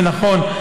זה נכון,